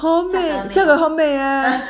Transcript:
很美这个很美 eh